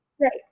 Right